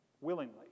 willingly